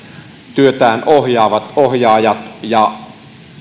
työtään ohjaavat ohjaajat ja